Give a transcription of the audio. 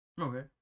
okay